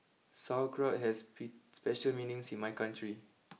Sauerkraut has bit special meanings in my country